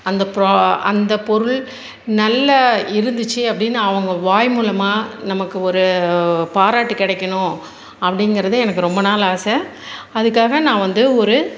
ப்ரா அந்த பொருள் நல்லா இருந்துச்சு அப்படினு அவங்க வாய் மூலமாக நமக்கு ஒரு பாராட்டு கிடைக்கணும் அப்படிங்கறது எனக்கு ரொம்ப நாள் ஆசை அதுக்காக நான் வந்து ஒரு